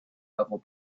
level